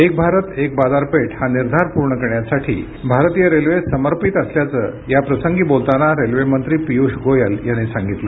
एक भारत एक बाजारपेठ हा निर्धार पूर्ण करण्यासाठी भारतीय रेल्वे समर्पित असल्याचं याप्रसंगी बोलताना रेल्वे मंत्री पियुष गोयल यांनी सांगितलं